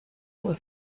will